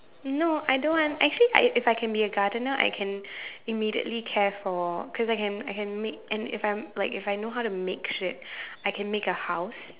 no I don't want actually I if I can be a gardener I can immediately care for cause I can I can make and if I'm like if I know how to make shit I can make a house